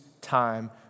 time